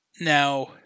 Now